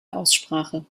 aussprache